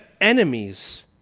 enemies